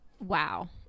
Wow